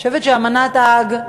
אני חושבת שאמנת האג,